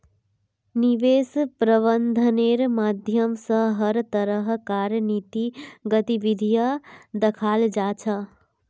निवेश प्रबन्धनेर माध्यम स हर तरह कार गतिविधिक दखाल जा छ